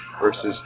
versus